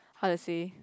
how to say